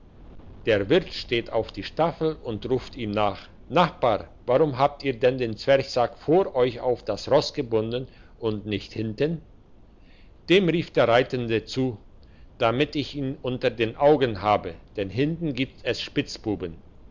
der wirt steht auf die staffel und ruft ihm nach nachbar warum habt ihr denn den zwerchsack vor euch auf das ross gebunden und nicht hinten dem rief der reitende zurück damit ich ihn unter den augen habe denn hinten gibt es spitzbuben